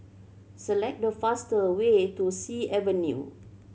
select the faster way to Sea Avenue